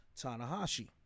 tanahashi